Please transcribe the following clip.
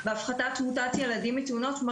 בהפחתת תמותה ילדים מתאונות,